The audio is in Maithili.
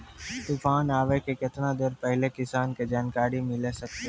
तूफान आबय के केतना देर पहिले किसान के जानकारी मिले सकते?